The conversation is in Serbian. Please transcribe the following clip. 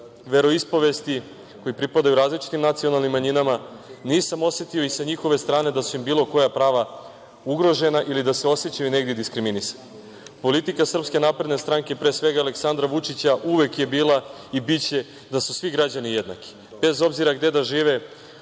veroispovesti, koji pripadaju različitim nacionalnim manjinama, nisam osetio sa njihove strane da su im bilo koja prava ugrožena ili da se osećaju negde diskriminisani. Politika SNS, pre svega Aleksandra Vučića, uvek je bila i biće da su svi građani jednaki, bez obzira gde da žive,